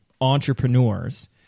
entrepreneurs